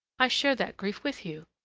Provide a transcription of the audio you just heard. i share that grief with you!